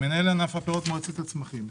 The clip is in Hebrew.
מנהל ענף הפירות במועצת הצמחים.